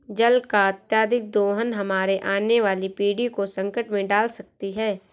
जल का अत्यधिक दोहन हमारे आने वाली पीढ़ी को संकट में डाल सकती है